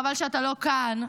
חבל שאתה לא כאן,